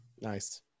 Nice